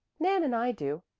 nan and i do.